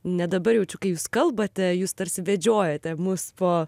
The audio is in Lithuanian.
net dabar jaučiu kai jūs kalbate jūs tarsi vedžiojate mus po